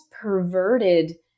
perverted